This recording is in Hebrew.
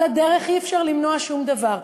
על הדרך אי-אפשר למנוע שום דבר.